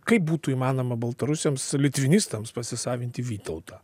kaip būtų įmanoma baltarusiams litvinistams pasisavinti vytautą